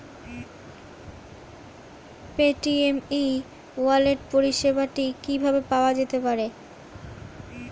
Paytm e wallet পরিষেবাটি কিভাবে পাওয়া যেতে পারে?